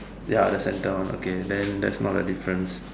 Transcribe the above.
ya the centre one okay then that's not a difference